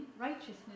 righteousness